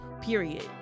period